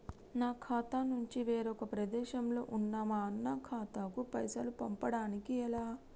నా ఖాతా నుంచి వేరొక ప్రదేశంలో ఉన్న మా అన్న ఖాతాకు పైసలు పంపడానికి ఎలా?